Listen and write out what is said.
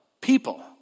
people